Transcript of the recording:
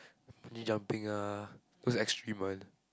bungee jumping ah those extreme one